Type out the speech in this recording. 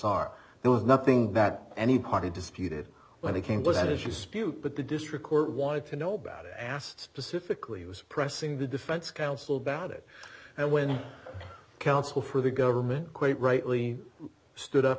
r there was nothing that any party disputed when it came was as you spew but the district court wanted to know about it asked specifically was pressing the defense counsel about it and when counsel for the government quite rightly stood up